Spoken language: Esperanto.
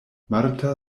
marta